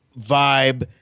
vibe